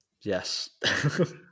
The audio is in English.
Yes